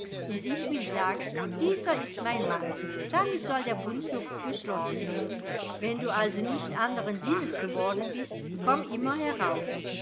und ich will sagen dieser ist mein mann damit soll der bund für geschlossen gelten wenn du also nicht anderen sinnes geworden bist komm immer herauf